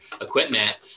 equipment